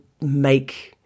make